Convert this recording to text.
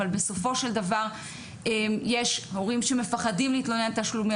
אבל בסופו של דבר יש הורים שמפחדים להתלונן על תשלומי